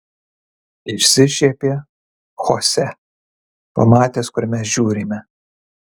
išsišiepė chose pamatęs kur mes žiūrime